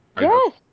Yes